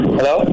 Hello